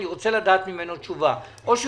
אני רוצה לקבל ממנו תשובה.